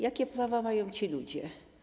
Jakie prawa mają ci ludzie?